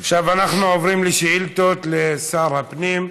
אנחנו עוברים לשאילתות לשר הפנים.